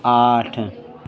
आठ